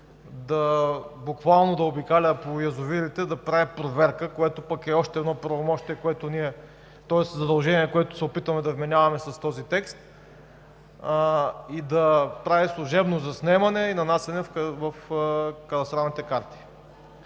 буквално да обикаля по язовирите – да прави проверка, което пък е още едно задължение, което се опитваме да вменяваме с този текст, да прави служебно заснемане и нанасяне в кадастралните карти.